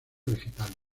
vegetales